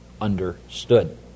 understood